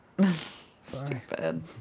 Stupid